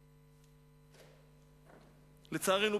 לצערנו,